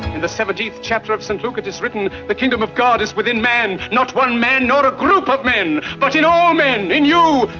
in the seventeenth chapter of st. luke, it's written the kingdom of god is within man, not one man nor a group of men, but in all men! in you!